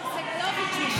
סגלוביץ' ישיב.